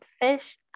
fish